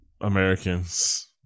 Americans